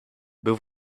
był